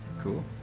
Cool